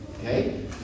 Okay